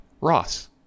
Ross